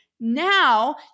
Now